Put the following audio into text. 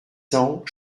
cents